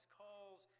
calls